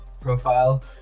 profile